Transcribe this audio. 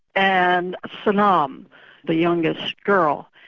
and sunam um the youngest girl.